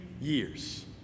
years